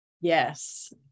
Yes